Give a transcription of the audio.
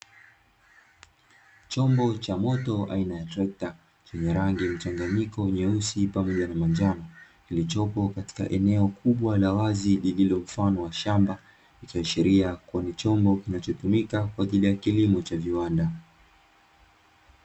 Chombo cha moto aina ya trekta chenye rangi mchanganyiko nyeusi pamoja na manjano, kilichopo katika eneo kubwa la wazi lililo mfano wa shamba, ikiashiria kuwa ni chombo kinachotumika kwa ajili ya kilimo cha viwanda.